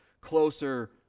closer